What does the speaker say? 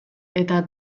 eta